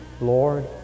Lord